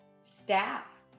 staff